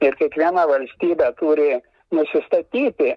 ir kiekviena valstybė turi nusistatyti